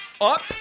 up